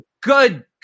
good